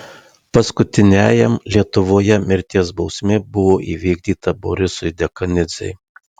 paskutiniajam lietuvoje mirties bausmė buvo įvykdyta borisui dekanidzei